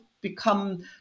become